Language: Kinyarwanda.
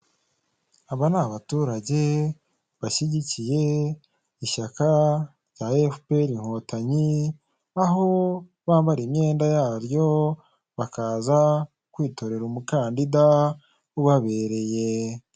Aba ni abaturage bashyigikiye ishyaka rya Efuperi inkotanyi, aho bambara imyenda yaryo bakaza kwitorera umukandida ubabereye.